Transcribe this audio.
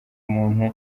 umuntu